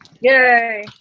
Yay